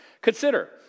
Consider